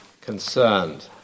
concerned